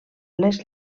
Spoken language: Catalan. les